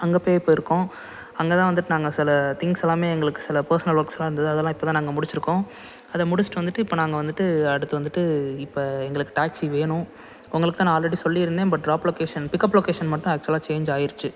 அங்கே போய் போயிருக்கோம் அங்கேதான் வந்துட்டு நாங்கள் சில திங்ஸெல்லாமே எங்களுக்கு சில பர்சனல் ஒர்க்ஸ்லாம் இருந்தது அதெல்லாம் இப்போதான் நாங்கள் முடித்துருக்கோம் அதை முடித்துட்டு வந்துட்டு இப்போ நாங்கள் வந்துட்டு அடுத்து வந்துட்டு இப்போ எங்களுக்கு டாக்ஸி வேணும் உங்களுக்குதான் நான் ஆல்ரெடி சொல்லி இருத்தேன் but drop location pickup location மட்டும் ஆக்சுவலாக சேஞ்ச் ஆகிருச்சி